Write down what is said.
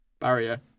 barrier